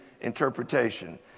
interpretation